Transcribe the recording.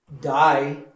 die